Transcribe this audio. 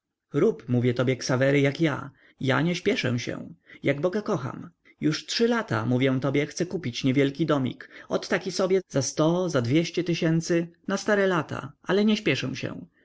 rób mówię tobie ksawery jak ja ja nie śpieszę się jak boga kocham już trzy lata mówię tobie chcę kupić niewielki domik ot taki sobie za sto za dwieście tysięcy na stare lata ale nie śpieszę się